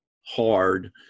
hard –